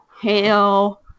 Hell